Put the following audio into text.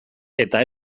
eta